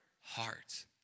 heart